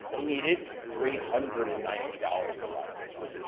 you needed three hundred and ninety dollars to buy this,